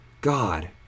God